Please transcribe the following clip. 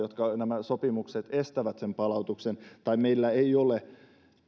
kun nämä sopimukset estävät sen palautuksen se ei ole